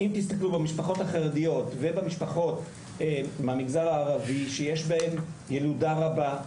אם תסתכלו במשפחות החרדיות ובמשפחות במגזר הערבי שיש בהן ילודה רבה,